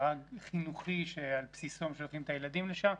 מארג חינוכי שעל בסיסו הן שולחות את הילדים לשם,